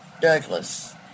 Douglas